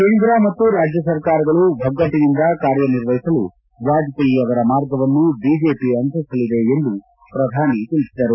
ಕೇಂದ್ರ ಮತ್ತು ರಾಜ್ಯ ಸರ್ಕಾರಗಳು ಒಗ್ಗಟ್ಟನಿಂದ ಕಾರ್ಯನಿರ್ವಒಿಸಲು ವಾಜಪೇಟಿ ಅವರ ಮಾರ್ಗವನ್ನು ಬಿಜೆಪಿ ಅನುಸರಿಸಲಿದೆ ಎಂದು ಪ್ರಧಾನಿ ತಿಳಿಸಿದರು